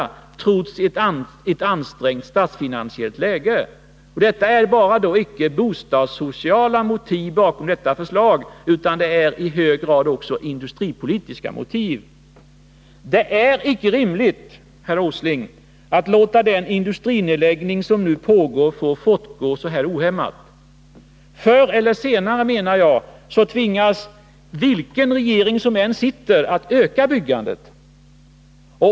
Bakom det förslaget ligger inte bara bostadssociala motiv utan i hög grad också industripolitiska. Det är icke rimligt, herr Åsling, att låta den industrinedläggning som nu pågår fortgå ohämmat. Förr eller senare tvingas regeringen, vilken politisk färg den än har, att öka byggandet.